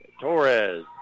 Torres